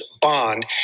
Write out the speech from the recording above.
bond